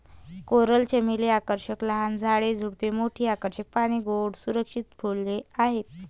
coral चमेली आकर्षक लहान झाड, झुडूप, मोठी आकर्षक पाने, गोड सुगंधित फुले आहेत